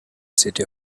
city